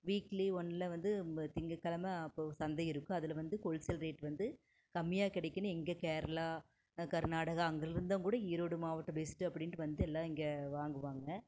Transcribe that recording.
weekly ஒன்னில் வந்து திங்கக்கிழமை அப்போது சந்தை இருக்கும் அதில் வந்து ஹோல்சேல் ரேட் வந்து கம்மியாக கிடைக்குன்னு இங்கே கேரளா கர்நாடகா அங்கேருந்துலாம் கூட ஈரோடு மாவட்டம் பெஸ்ட்டு அப்படின்ட்டு வந்து எல்லாம் இங்கே வாங்குவாங்க